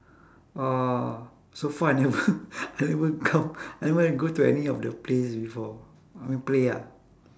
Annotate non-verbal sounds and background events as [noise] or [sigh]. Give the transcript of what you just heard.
uh so far I never [laughs] I never come I never go to any of the plays before I mean play ah